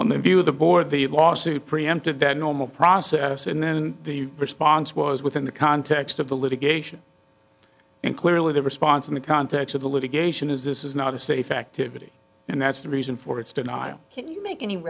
the view of the board the lawsuit preempted that normal process and then the response was within the context of the litigation and clearly the response in the context of the litigation is this is not a safe activity and that's the reason for its denial can you make any